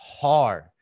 hard